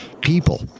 people